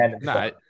No